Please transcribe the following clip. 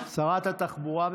שרת התחבורה,